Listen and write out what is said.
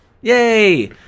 Yay